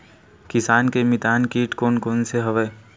किसान के मितान कीट कोन कोन से हवय?